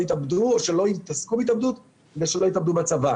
יתאבדו או שלא יתעסקו בהתאבדות כדי שלא יתאבדו בצבא,